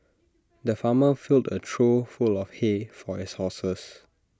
the farmer filled A trough full of hay for his horses